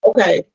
Okay